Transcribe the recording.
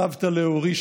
סבתא לאורי,